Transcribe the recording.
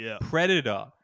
Predator